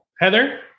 Heather